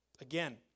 Again